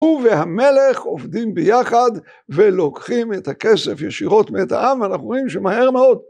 הוא והמלך עובדים ביחד ולוקחים את הכסף ישירות מאת העם ואנחנו רואים שמהר מאוד.